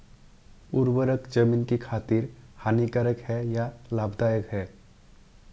उर्वरक ज़मीन की खातिर हानिकारक है या लाभदायक है?